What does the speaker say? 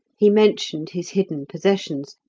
he mentioned his hidden possessions,